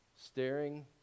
staring